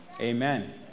Amen